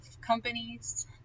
companies